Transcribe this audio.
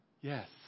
Yes